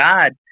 God